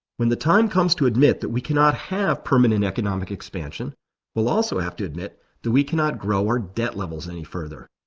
when the time comes to admit that we cannot have permanent economic expansion we'll also have to admit that we cannot grow our debt levels any further.